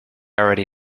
already